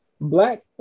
Black